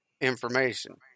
information